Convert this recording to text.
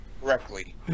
correctly